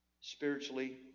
spiritually